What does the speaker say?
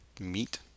meet